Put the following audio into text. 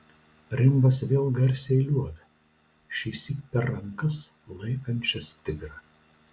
rimbas vėl garsiai liuobia šįsyk per rankas laikančias tigrą